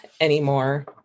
anymore